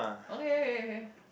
okay okay K